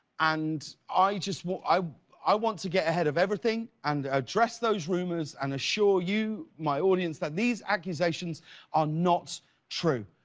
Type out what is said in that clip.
and i just i i want to get ahead of everything and address those rumors and assure you, may audience, that these accusations are not true.